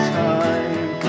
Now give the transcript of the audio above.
time